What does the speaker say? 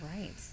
right